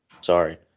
Sorry